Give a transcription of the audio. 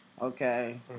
Okay